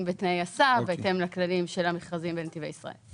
בתנאי הסף בהתאם לכללים של המכרזים בנתיבי ישראל.